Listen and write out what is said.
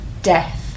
death